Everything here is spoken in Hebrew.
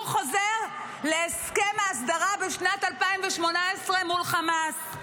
חוזר להסכם ההסדרה בשנת 2018 מול חמאס.